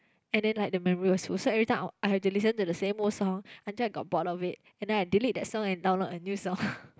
and then like the memory was so sad every time I I have to listen to the same old song until I got bored up with and then I deleted the song and downloaded a new song